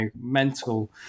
mental